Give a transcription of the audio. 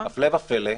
הפלא ופלא,